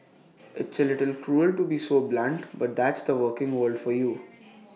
it's A little cruel to be so blunt but that's the working world for you